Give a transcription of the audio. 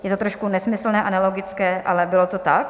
Je to trošku nesmyslné a nelogické, ale bylo to tak.